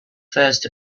first